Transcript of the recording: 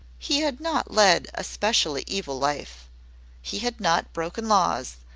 he had not led a specially evil life he had not broken laws,